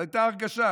זו הייתה ההרגשה.